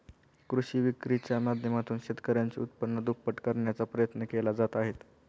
कृषी विक्रीच्या माध्यमातून शेतकऱ्यांचे उत्पन्न दुप्पट करण्याचा प्रयत्न केले जात आहेत